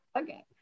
Okay